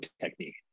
technique